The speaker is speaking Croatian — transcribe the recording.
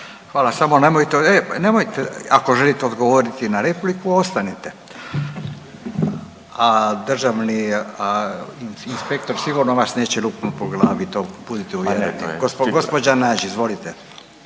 Hvala, samo nemojte, eee nemojte ako želite odgovoriti na repliku ostanite, a državni inspektor sigurno vas neće lupnut po glavi, to budite uvjereni. Gđa. Nađ, izvolite.